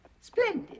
Splendid